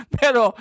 pero